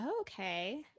Okay